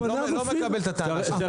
לא מקבל את הטענה שלך.